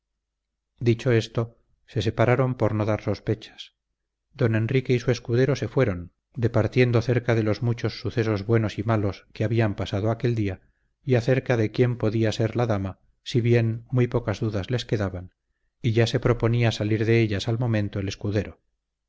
dicho esto se separaron por no dar sospechas don enrique y su escudero se fueron departiendo cerca de los muchos sucesos buenos y malos que habían pasado aquel día y acerca de quién podía ser la dama si bien muy pocas dudas les quedaban y ya se proponía salir de ellas al momento el escudero